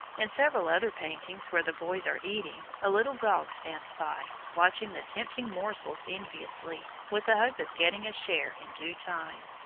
in several other paintings, where the boys are eating, a little dog stands by, watching the tempting morsels enviously, with the hope of getting a share in due time.